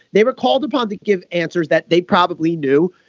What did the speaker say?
they were called upon to give answers that they probably do.